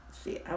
See